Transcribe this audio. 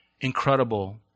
incredible